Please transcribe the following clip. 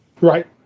Right